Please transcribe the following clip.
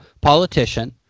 politician